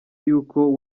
yuko